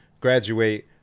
graduate